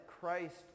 Christ